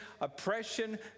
oppression